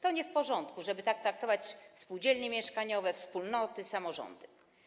To nie w porządku, żeby tak traktować spółdzielnie mieszkaniowe, wspólnoty, samorządy.